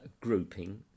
grouping